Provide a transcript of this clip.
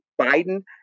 Biden